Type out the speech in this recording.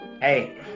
Hey